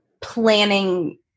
planning